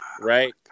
right